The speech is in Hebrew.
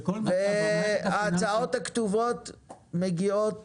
ההצעות הכתובות מגיעות